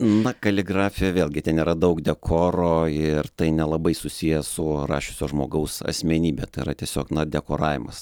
na kaligrafija vėlgi ten yra daug dekoro ir tai nelabai susiję su rašiusio žmogaus asmenybe tai yra tiesiog na dekoravimas